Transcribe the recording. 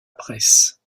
presse